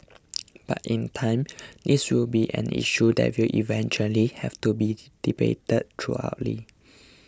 but in time this will be an issue that will eventually have to be debated throughout